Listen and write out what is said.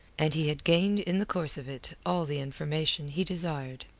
and he had gained in the course of it all the information he desired.